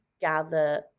gather